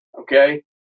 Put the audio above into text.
Okay